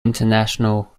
international